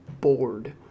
bored